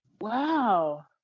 Wow